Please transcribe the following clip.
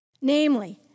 Namely